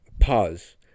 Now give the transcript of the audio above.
pause